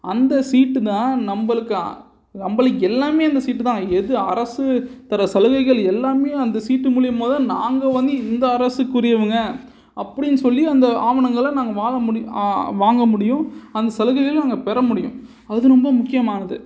அந்த சீட்டுதான் நம்மளுக்கு நம்மளுக்கு எல்லாமே அந்த சீட்டுதான் எது அரசு தர சலுகைகள் எல்லாமே அந்த சீட்டு மூலிமாதான் நாங்கள் வந்து இந்த அரசுக்கு உரியவங்க அப்படினு சொல்லி அந்த ஆவணங்களை நாங்கள் வாழ முடியும் வாங்க முடியும் அந்த சலுகைகளும் நாங்கள் பெற முடியும் அது ரொம்ப முக்கியமானது